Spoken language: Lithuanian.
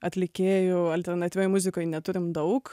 atlikėjų alternatyvioj muzikoj neturim daug